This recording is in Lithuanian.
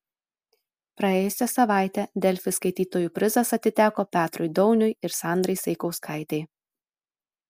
praėjusią savaitę delfi skaitytojų prizas atiteko petrui dauniui ir sandrai saikauskaitei